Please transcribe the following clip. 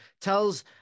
tells